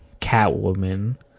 Catwoman